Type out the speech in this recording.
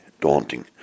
daunting